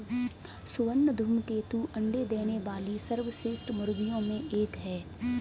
स्वर्ण धूमकेतु अंडे देने वाली सर्वश्रेष्ठ मुर्गियों में एक है